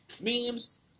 Memes